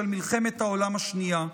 של מלחמת העולם השנייה.